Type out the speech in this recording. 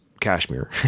Kashmir